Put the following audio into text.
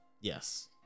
Yes